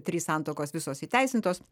trys santuokos visos įteisintos